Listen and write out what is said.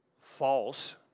false